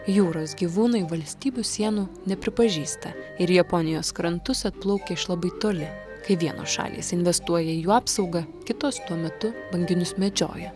jūros gyvūnai valstybių sienų nepripažįsta ir į japonijos krantus atplaukia iš labai toli kai vienos šalys investuoja į jų apsaugą kitos tuo metu banginius medžioja